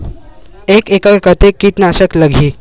एक एकड़ कतेक किट नाशक लगही?